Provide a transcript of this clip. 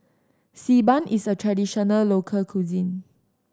Xi Ban is a traditional local cuisine